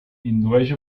indueix